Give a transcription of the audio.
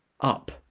up